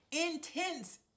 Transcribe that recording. intense